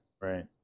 Right